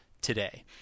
today